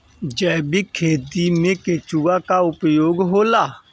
जैविक खेती मे केचुआ का उपयोग होला?